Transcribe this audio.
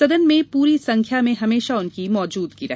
सदन में पूरी संख्या में हमेशा उनकी मौजूदगी रहे